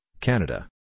Canada